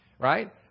right